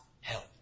help